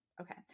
okay